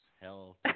Hell